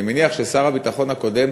אני מניח ששר הביטחון הקודם,